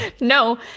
No